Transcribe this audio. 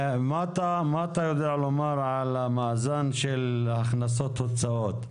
מה אתה יודע לומר על המאזן של הכנסות והוצאות?